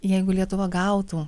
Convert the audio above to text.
jeigu lietuva gautų